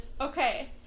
Okay